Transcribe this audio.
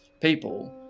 people